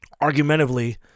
argumentatively